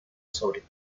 sobre